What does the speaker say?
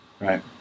Right